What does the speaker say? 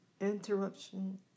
interruption